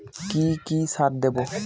কি কি সার দেবো?